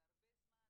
והרבה זמן,